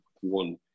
one